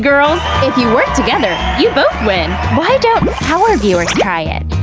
girls? if you work together, you both win! why don't our viewers try it?